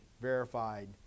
verified